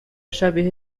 شبیه